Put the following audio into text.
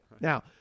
Now